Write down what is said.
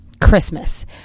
Christmas